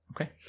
Okay